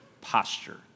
posture